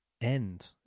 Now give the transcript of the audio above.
end